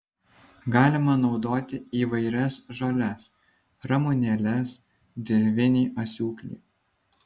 galima naudoti įvairias žoles ramunėles dirvinį asiūklį